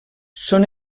són